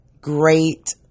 great